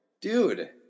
Dude